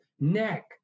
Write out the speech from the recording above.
neck